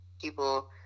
people